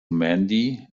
mandy